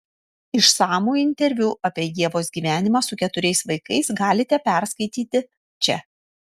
išsamų interviu apie ievos gyvenimą su keturiais vaikais galite perskaityti čia